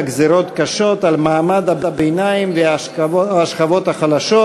גזירות קשות על מעמד הביניים והשכבות החלשות,